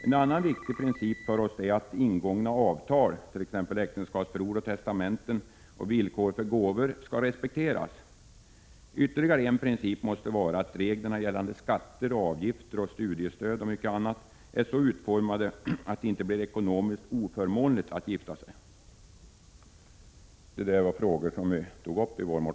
En annan viktig princip för oss är att ingångna avtal som äktenskapsförord och testamenten samt villkor för gåvor skall respekteras. Ytterligare en princip måste vara att reglerna gällande skatter och avgifter, studiestöd och mycket annat är så utformade att det inte blir ekonomiskt oförmånligt att gifta sig.